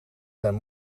zijn